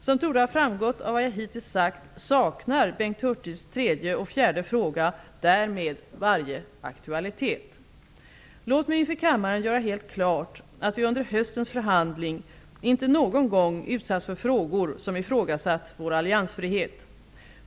Som torde ha framgått av vad jag hittills sagt saknar Bengt Hurtigs tredje och fjärde fråga därmed varje aktualitet. Låt mig inför kammaren göra helt klart att vi under höstens förhandling inte någon gång utsatts för frågor som ifrågasatt vår alliansfrihet.